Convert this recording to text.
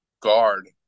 guard